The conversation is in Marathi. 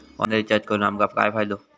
ऑनलाइन रिचार्ज करून आमका काय फायदो?